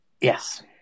yes